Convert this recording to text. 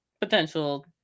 potential